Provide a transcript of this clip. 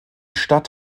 stadt